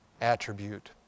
attribute